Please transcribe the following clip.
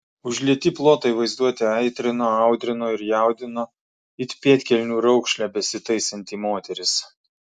užlieti plotai vaizduotę aitrino audrino ir jaudino it pėdkelnių raukšlę besitaisanti moteris